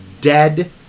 dead